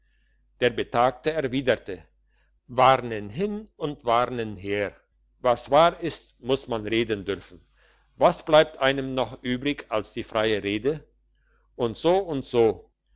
der betagte erwiderte warnen hin und warnen her was wahr ist muss man reden dürfen was bleibt einem noch übrig als die freie rede und so und so